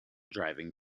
driving